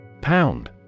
Pound